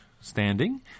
standing